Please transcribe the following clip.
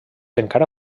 encara